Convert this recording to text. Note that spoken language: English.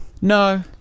No